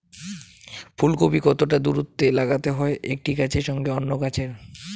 ফুলকপি কতটা দূরত্বে লাগাতে হয় একটি গাছের সঙ্গে অন্য গাছের?